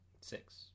six